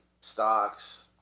stocks